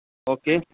okay